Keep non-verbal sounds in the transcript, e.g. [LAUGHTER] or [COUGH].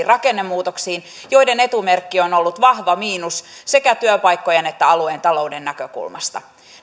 [UNINTELLIGIBLE] rakennemuutoksiin joiden etumerkki on on ollut vahva miinus sekä työpaikkojen että alueen talouden näkökulmasta